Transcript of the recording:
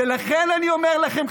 ולכן אני אומר לכם,